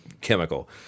chemical